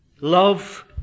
love